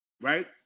right